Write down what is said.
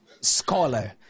scholar